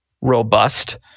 Robust